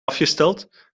afgesteld